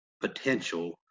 potential